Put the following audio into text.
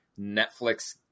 Netflix